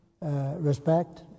respect